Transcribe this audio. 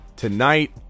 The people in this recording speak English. tonight